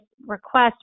request